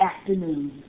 Afternoon